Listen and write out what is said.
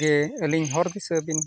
ᱜᱮ ᱟᱞᱤᱧ ᱦᱚᱨ ᱫᱤᱥᱟᱹ ᱵᱤᱱ